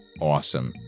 awesome